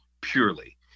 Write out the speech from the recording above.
purely